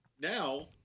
Now